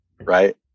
right